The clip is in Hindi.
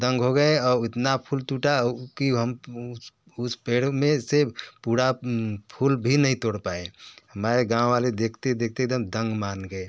दंग हो गए औ इतना फूल फुटा कि हम उस पेड़ में से पूरा भी नहीं तोड़ पाए हमारे गाँव वाले देखते देखते एक दम दंग मान गए